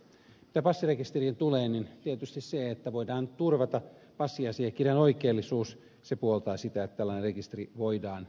mitä passirekisteriin tulee niin tietysti se että voidaan turvata passiasiakirjan oikeellisuus puoltaa sitä että tällainen rekisteri voidaan perustaa